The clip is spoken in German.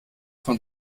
von